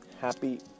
happy